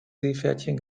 seepferdchen